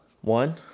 One